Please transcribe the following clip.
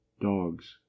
Dogs